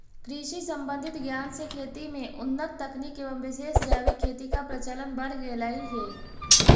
कृषि संबंधित ज्ञान से खेती में उन्नत तकनीक एवं विशेष जैविक खेती का प्रचलन बढ़ गेलई हे